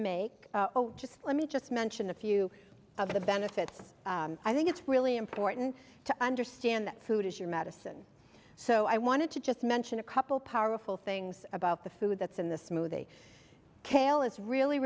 make just let me just mention a few of the benefits i think it's really important to understand that food is your medicine so i wanted to just mention a couple powerful things about the food that's in this movie kale is really